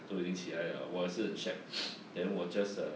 都已经起来 liao 我也是很 then 我 just uh